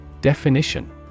Definition